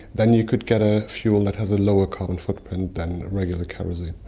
then you could get a fuel that has a lower carbon footprint than regular kerosene.